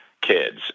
kids